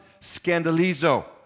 scandalizo